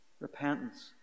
repentance